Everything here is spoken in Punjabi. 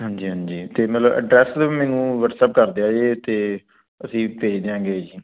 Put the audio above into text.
ਹਾਂਜੀ ਹਾਂਜੀ ਅਤੇ ਮਤਲਬ ਅਡਰੈਸ ਦਾ ਮੈਨੂੰ ਵਟਸਐਪ ਕਰਦਿਆ ਜੇ ਅਤੇ ਅਸੀਂ ਭੇਜ ਦਿਆਂਗੇ